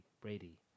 Brady